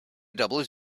doubles